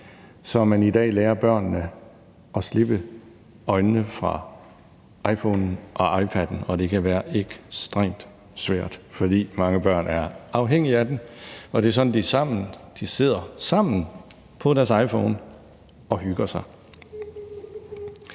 så man i dag lærer børnene at fjerne øjnene fra iPhonen og iPaden, og det kan være ekstremt svært, fordi mange børn er afhængige af den, og fordi det er sådan, de er sammen; de sidder og er sammen om deres iPhones og hygger sig.